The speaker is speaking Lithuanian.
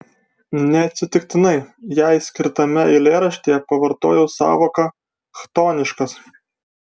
neatsitiktinai jai skirtame eilėraštyje pavartojau sąvoką chtoniškas